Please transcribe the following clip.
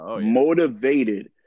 motivated